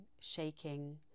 shaking